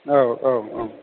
औ औ औ